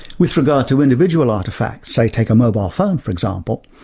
with regard to individual artifacts, say take a mobile phone for example,